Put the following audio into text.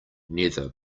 nether